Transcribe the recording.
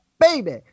baby